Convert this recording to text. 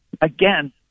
again